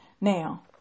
Now